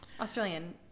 Australian